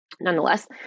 nonetheless